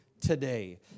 today